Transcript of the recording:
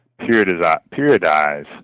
periodize